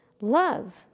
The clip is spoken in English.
love